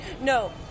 no